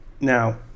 now